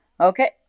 Okay